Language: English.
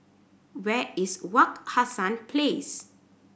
where is Wak Hassan Place